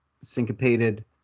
syncopated